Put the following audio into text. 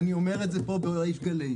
ואני אומר את זה פה בריש גלי,